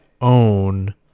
own